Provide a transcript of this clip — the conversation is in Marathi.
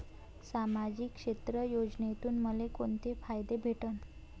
सामाजिक क्षेत्र योजनेतून मले कोंते फायदे भेटन?